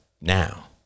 now